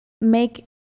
make